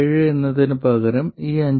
7 എന്നതിനുപകരം ഈ 5